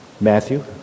Matthew